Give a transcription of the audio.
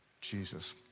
Jesus